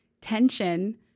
tension